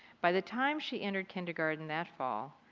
by the time she entered kindergarten that fall,